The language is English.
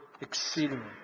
exceedingly